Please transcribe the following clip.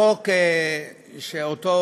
החוק שאותו